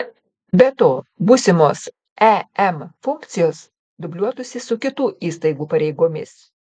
be to būsimos em funkcijos dubliuotųsi su kitų įstaigų pareigomis